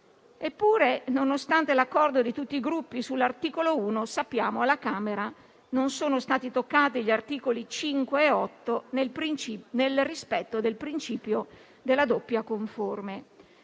Eppure, nonostante l'accordo di tutti i Gruppi sull'articolo 1, sappiamo che alla Camera non sono stati toccati gli articoli 5 e 8, nel rispetto del principio della doppia conforme.